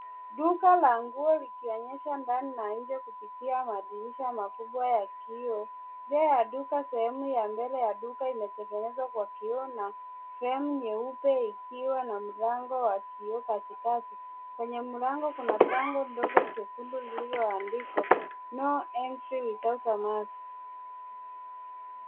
Duka la nguo likionyesha ndani na nje kupitia madirisha makubwa ya kioo. Nje ya duka sehemu ya mbele ya duka imetengenezwa kwa kioo na fremu nyeupe ikiwa na mlango wa kioo katikati. Kwenye mlango kuna bango dogo jekundu lililoandikwa [cs no entry without a mask .